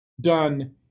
done